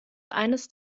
eines